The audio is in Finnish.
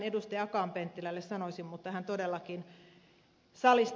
akaan penttilälle sanoisin mutta hän todellakin lähti salista